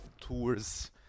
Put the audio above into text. tours